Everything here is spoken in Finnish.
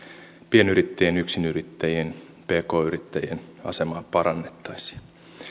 pienyrittäjien yksinyrittäjien pk yrittäjien asemaa parannettaisiin